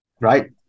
Right